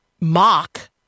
mock